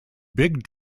big